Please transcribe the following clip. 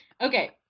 Okay